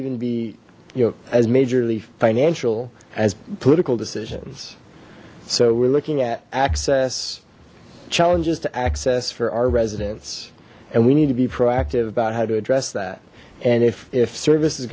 even be you know as majorly financial as political decisions so we're looking at access challenges to access for our residents and we need to be proactive about how to address that and if if service is